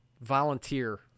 volunteer